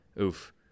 oof